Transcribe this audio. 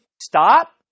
stop